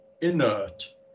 inert